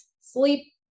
sleep